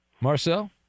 Marcel